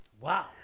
Wow